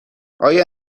آیا